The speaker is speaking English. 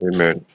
Amen